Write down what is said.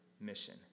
mission